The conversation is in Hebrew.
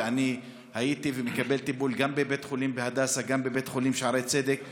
ואני מקבל טיפול גם בבית חולים הדסה וגם בשערי צדק.